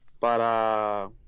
para